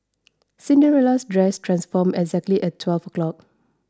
Cinderella's dress transformed exactly at twelve o'clock